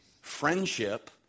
friendship